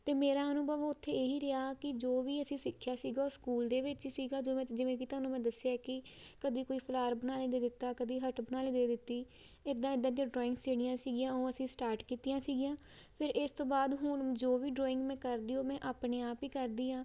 ਅਤੇ ਮੇਰਾ ਅਨੁਭਵ ਉੱਥੇ ਇਹੀ ਰਿਹਾ ਕਿ ਜੋ ਵੀ ਅਸੀਂ ਸਿੱਖਿਆ ਸੀਗਾ ਉਹ ਸਕੂਲ ਦੇ ਵਿੱਚ ਹੀ ਸੀਗਾ ਜੋ ਮੈਂ ਜਿਵੇਂ ਕਿ ਤੁਹਾਨੂੰ ਮੈਂ ਦੱਸਿਆ ਕੀ ਕਦੀ ਕੋਈ ਫਲਾਰ ਬਣਾਉਣਾ ਦੇ ਦਿੱਤਾ ਕਦੀ ਹਟ ਬਣਾਉਣੀ ਦੇ ਦਿੱਤੀ ਇੱਦਾਂ ਇੱਦਾਂ ਦੀਆਂ ਡਰੋਇੰਗਸ ਜਿਹੜੀਆਂ ਸੀਗੀਆਂ ਉਹ ਅਸੀਂ ਸਟਾਰਟ ਕੀਤੀਆਂ ਸੀਗੀਆਂ ਫਿਰ ਇਸ ਤੋਂ ਬਾਅਦ ਹੁਣ ਜੋ ਵੀ ਡਰੋਇੰਗ ਮੈਂ ਕਰਦੀ ਉਹ ਮੈਂ ਆਪਣੇ ਆਪ ਹੀ ਕਰਦੀ ਹਾਂ